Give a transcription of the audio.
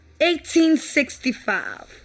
1865